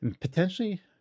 potentially